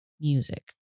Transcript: music